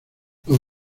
los